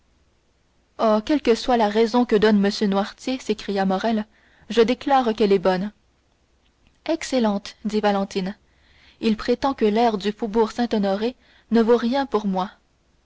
oh quelle que soit la raison que donne m noirtier s'écria morrel je déclare qu'elle est bonne excellente dit valentine il prétend que l'air du faubourg saint-honoré ne vaut rien pour moi